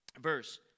verse